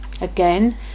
Again